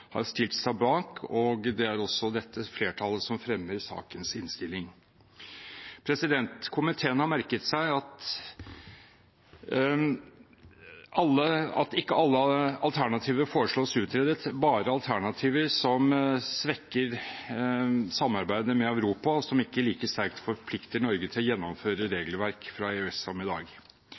har stilt seg bak, og det er også dette flertallet som fremmer sakens innstilling. Komiteen har merket seg at ikke alle alternativer foreslås utredet, bare alternativer som svekker samarbeidet med Europa, og som ikke like sterkt forplikter Norge til å gjennomføre regelverk fra EØS som i dag.